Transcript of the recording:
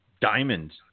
diamonds